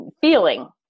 feeling